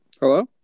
Hello